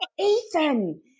Ethan